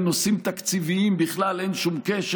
נושאים תקציביים בכלל אין שום קשר.